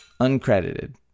uncredited